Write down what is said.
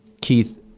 Keith